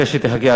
נתקבלה.